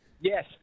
Yes